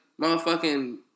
motherfucking